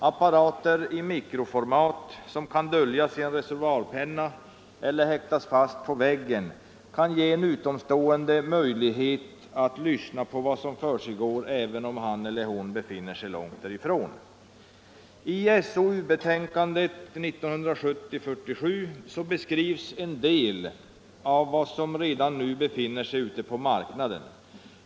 Apparater i mikroformat, som kan döljas i en reservoarpenna eller häktas fast på väggen, kan ge en utomstående möjlighet att lyssna på vad som försiggår även om han eller hon befinner sig långt därifrån. I betänkandet SOU 1970:47 beskrivs en del av vad som redan nu finns ute på marknaden.